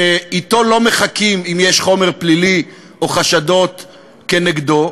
שאתו לא מחכים, אם יש חומר פלילי או חשדות נגדו,